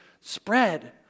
spread